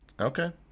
Okay